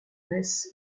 mess